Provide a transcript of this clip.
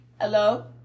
Hello